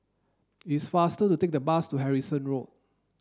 it's faster to take a bus to Harrison Road